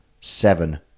seven